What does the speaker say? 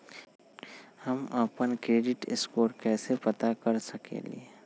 हम अपन credit score कैसे पता कर सकेली?